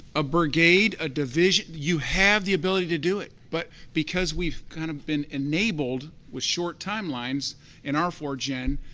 a brigade, a division, you have the ability to do it. but because we've kind of been enabled, with short timelines in arforgen,